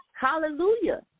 Hallelujah